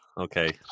okay